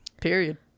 Period